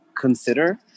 consider